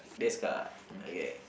this card okay